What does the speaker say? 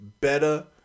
better